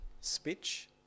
speech